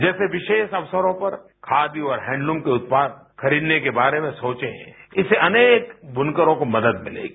जैसे विशेष अवसरों पर खादी और हैंडलूम के उत्पाद खरीदने के बारे में सोचें इससे अनेक बुनकरों को मदद मिलेगी